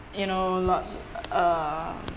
you know lots uh